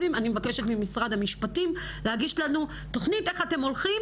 אני מבקשת ממשרד המשפטים להגיש לנו תוכנית איך אתם הולכים